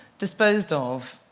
disposed of,